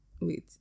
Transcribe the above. wait